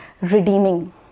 redeeming